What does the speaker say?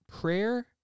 Prayer